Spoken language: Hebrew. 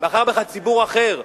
בחר בך ציבור אחר,